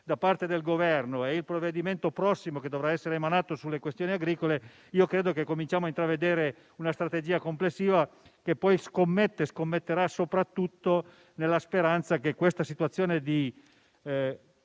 da parte del Governo e il provvedimento prossimo che dovrà essere emanato sulle questioni agricole, penso che cominciamo a intravedere una strategia complessiva, che poi scommetterà soprattutto sulla speranza che questa situazione di